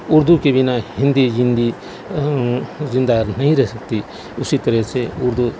اردو کے بنا ہندی زندہ زندہ نہیں رہ سکتی اسی طرح سے اردو